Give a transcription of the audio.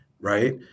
Right